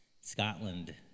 Scotland